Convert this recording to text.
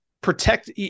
protect